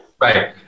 Right